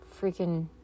freaking